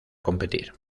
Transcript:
competir